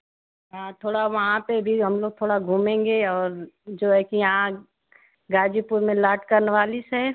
हाँ थोड़ा वहाँ पर भी हम लोग थोड़ा घूमेंगे और जो यह कि यहाँ ग़ाज़ीपुर मे लाजकनवाली